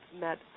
met